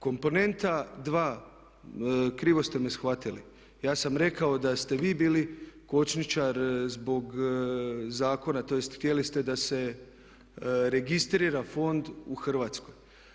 Komponenta 2, krivo ste me shvatili, ja sam rekao da ste vi bili kočničar zbog zakona, tj. htjeli ste da se registrira fond u Hrvatskoj.